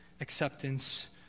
acceptance